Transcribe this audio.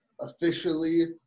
officially